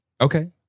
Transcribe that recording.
Okay